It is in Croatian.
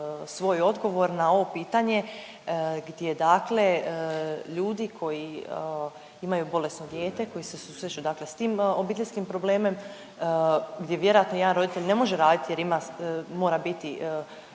svoj odgovor na ovo pitanje gdje dakle ljudi koji imaju bolesno dijete koji se susreću dakle s tim obiteljskim problemom, gdje vjerojatno jedan roditelj i ne može raditi jer ima, mora biti